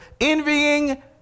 envying